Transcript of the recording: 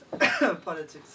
politics